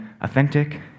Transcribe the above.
authentic